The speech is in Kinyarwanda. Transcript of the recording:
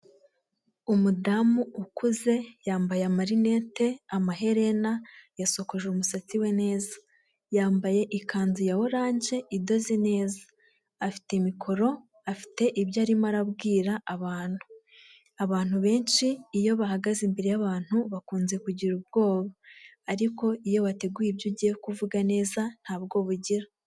Umudamu ukuze yambaye amarinete, amaherena yasokoje umusatsi we neza yambaye, ikanzu ya oranje idoze neza afite mikoro afite ibyo arimo arabwira abantu. Abantu benshi iyo bahagaze imbere y'abantu bakunze kugira ubwoba ariko iyo bateguye ibyo ugiye kuvuga neza ntabwoba ugira.